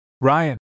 Ryan